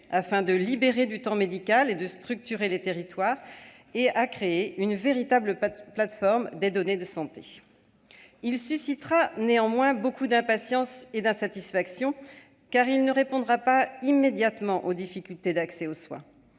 afin de libérer du temps médical et de structurer les territoires, et à créer une véritable plateforme des données de santé. Il suscitera néanmoins beaucoup d'impatience et d'insatisfaction, car il ne répondra pas immédiatement aux difficultés d'accès aux soins.